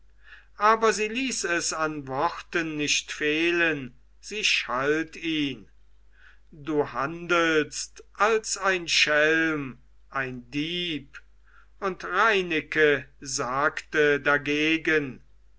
aber sie ließ es an worten nicht fehlen sie schalt ihn du handelst als ein schelm ein dieb und reineke sagte dagegen